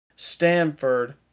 Stanford